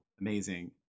amazing